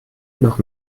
noch